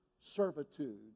servitude